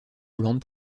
hollande